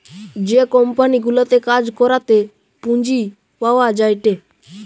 যে কোম্পানি গুলাতে কাজ করাতে পুঁজি পাওয়া যায়টে